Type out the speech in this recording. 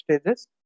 stages